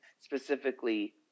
Specifically